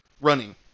running